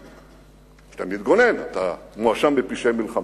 כשאתה מתגונן אתה מואשם בפשעי מלחמה.